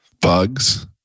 Bugs